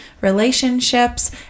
relationships